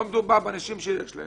פה מדובר באנשים שיש להם,